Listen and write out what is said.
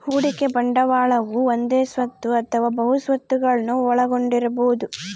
ಹೂಡಿಕೆ ಬಂಡವಾಳವು ಒಂದೇ ಸ್ವತ್ತು ಅಥವಾ ಬಹು ಸ್ವತ್ತುಗುಳ್ನ ಒಳಗೊಂಡಿರಬೊದು